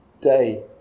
day